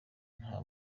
nta